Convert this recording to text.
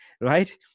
right